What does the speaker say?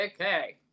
Okay